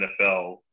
NFL